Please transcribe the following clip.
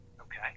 Okay